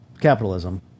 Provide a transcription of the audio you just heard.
Capitalism